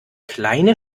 kleine